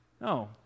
No